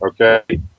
Okay